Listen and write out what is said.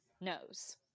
knows